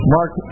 Mark